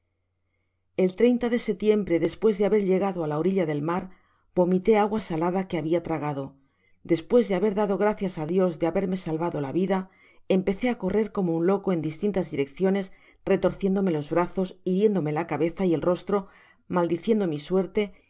el de setiembre despues de haber llegado á la orilla del mar vomitó agua salada que habia tragado despues de haber dado gracias á dios de haberme salvado la vida empecé á correr como un loco en distintas direcciones retorciéndome los brazos hiriéndome la cabeza y el rostro maldiciendo mi suerte y